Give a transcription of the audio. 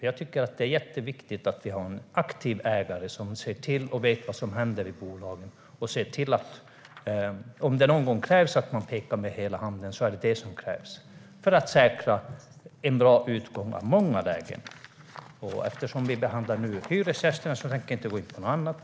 Jag tycker att det är jätteviktigt att vi har en aktiv ägare som ser till bolagen och vet vad som händer i bolagen. Om det någon gång krävs att man pekar med hela handen, då behövs just det, för att säkra en bra utgång i många lägen. Eftersom vi nu behandlar hyresgästerna tänker jag inte gå in på något annat.